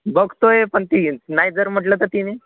बघतो आहे पण ती नाही जर म्हटलं तर तिने